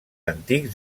antics